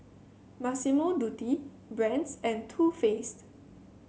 Massimo Dutti Brand's and Too Faced